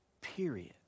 period